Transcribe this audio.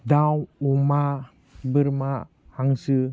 दाव अमा बोरमा हांसो